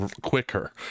quicker